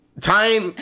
Time